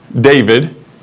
David